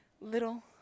Little